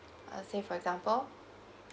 uh say for example